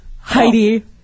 Heidi